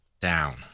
down